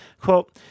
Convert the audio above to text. Quote